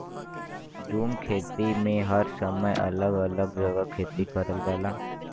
झूम खेती में हर समय अलग अलग जगह खेती करल जाला